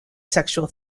sexual